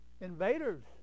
invaders